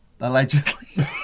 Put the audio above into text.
allegedly